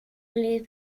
les